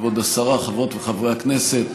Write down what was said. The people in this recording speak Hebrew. כבוד השרה, חברות וחברי הכנסת,